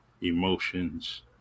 emotions